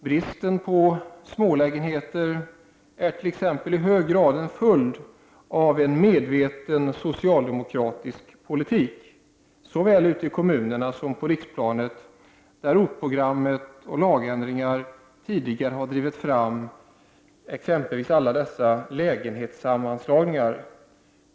Bristen på smålägenheter är t.ex. i hög grad en följd av en medveten socialdemokratisk politik såväl ute i kommunerna som på riksplanet där ROT-programmet och lagändringar tidigare har drivit fram t.ex. lägenhetssammanslagningar.